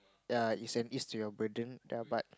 ya it's an ease to your burden ya but